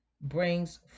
brings